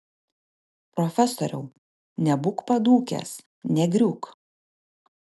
profesoriau nebūk padūkęs negriūk